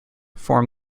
form